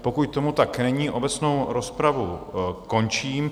Pokud tomu tak není, obecnou rozpravu končím.